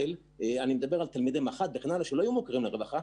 ואני מדבר על תלמידי מח"ט שלא היו מוכרים לרווחה,